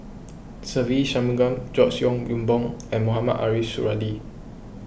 Se Ve Shanmugam George Yeo Yong Boon and Mohamed Ariff Suradi